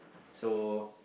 so